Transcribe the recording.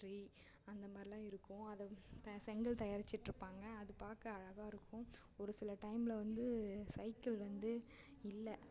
factory அந்தமாதிரில்லாம் இருக்கும் அதை செங்கல் தயாரிச்சுட்டிருப்பாங்க அது பார்க்க அழகாக இருக்கும் ஒரு சில டைமில் வந்து சைக்கிள் வந்து இல்லை